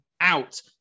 out